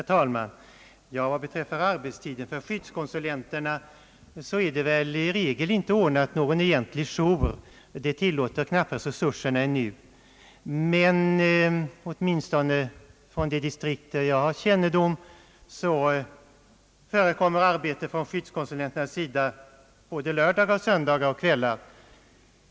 Herr talman! Vad gäller arbetstiden för skyddskonsulenterna är det väl riktigt att man i regel inte har någon egentlig jourtjänstgöring. Det tillåter knappast resurserna ännu. I det distrikt som jag har kännedom om förekommer dock arbete från skyddskonsulenternas sida både lördagar, söndagar och kvällar.